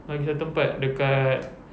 lagi satu tempat dekat